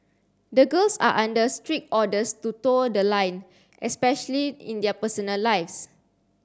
the girls are under strict orders to toe the line especially in their personal lives